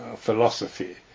philosophy